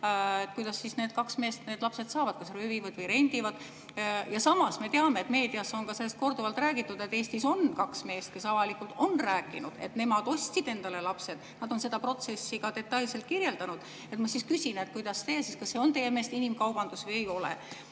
Kuidas siis need kaks meest need lapsed saavad? Kas röövivad või rendivad? Ja samas me teame, meedias on sellest korduvalt räägitud, et Eestis on kaks meest, kes avalikult on rääkinud, et nemad ostsid endale lapsed. Nad on seda protsessi ka detailselt kirjeldanud. Ma siis küsin: kuidas te ikkagi [tõlgendate], kas see on teie meelest inimkaubandus või ei ole?